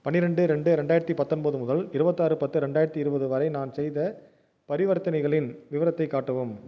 பன்னிரெண்டு ரெண்டு ரெண்டாயிரத்து பத்தொம்பது முதல் இருபத்தி ஆறு பத்து ரெண்டாயிரத்து இருபது வரை நான் செய்த பரிவர்த்தனைகளின் விவரத்தை காட்டவும்